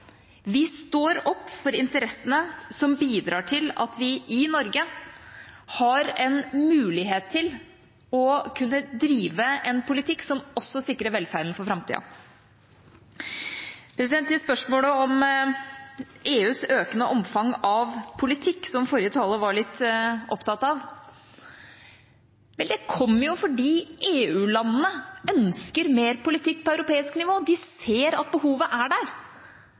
Vi står opp for interessene som bidrar til at vi i Norge har en mulighet til å kunne drive en politikk som også sikrer velferden for framtida. Til spørsmålet om EUs økende omfang av politikk, som forrige taler var litt opptatt av: Vel, det kommer fordi EU-landene ønsker mer politikk på europeisk nivå. De ser at behovet er der.